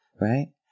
right